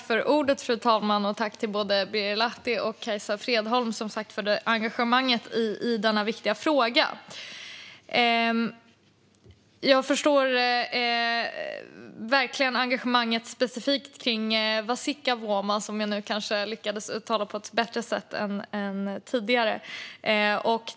Fru talman! Jag tackar både Birger Lahti och Kajsa Fredholm för engagemanget i denna viktiga fråga. Jag förstår verkligen engagemanget specifikt för Vasikkavuoma.